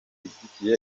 ishyigikiye